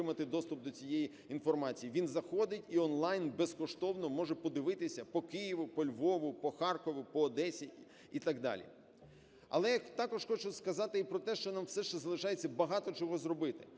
Він заходить і онлайн безкоштовно може подивитися по Києву, по Львову, по Харкову, по Одесі і так далі. Але я також хочу сказати і про те, що нам все ще залишається багато чого зробити.